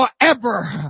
forever